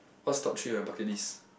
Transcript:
what's top three in your bucket list